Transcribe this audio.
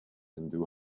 undo